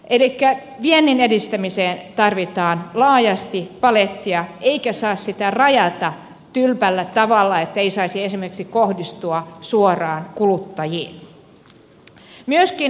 elikkä viennin edistämiseen tarvitaan laajasti palettia eikä saa sitä rajata tylpällä tavalla että ei saisi esimerkiksi kohdistua suoraan kuluttajiin